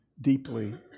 deeply